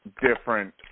different